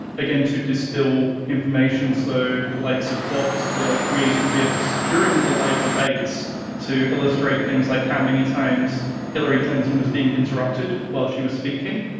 again, to distil information. so the likes of vox were creating gifs during the live debates to illustrate things like how many times hilary clinton was being interrupted while she was speaking.